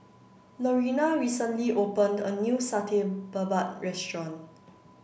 Lorena recently opened a new Satay Babat Restaurant